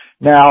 Now